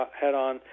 head-on